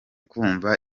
kumva